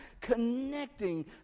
connecting